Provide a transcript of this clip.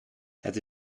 het